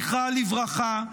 זכרה לברכה,